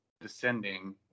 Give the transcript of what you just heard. descending